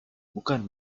bukan